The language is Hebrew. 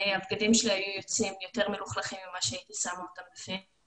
הבגדים שלי היו יוצאים יותר מלוכלכים ממה שהייתי שמה אותם בפנים,